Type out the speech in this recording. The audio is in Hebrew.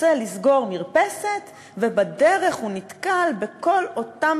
רוצה לסגור מרפסת ובדרך הוא נתקל בכל אותם